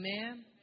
amen